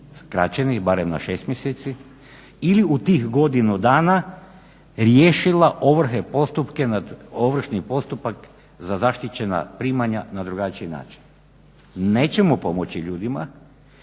skraćeni barem na 6 mjeseci ili u tih godinu dana riješila ovrhe, postupke, ovršni postupak za zaštićena primanja na drugačiji način. Nećemo pomoći ljudima